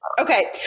okay